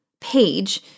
page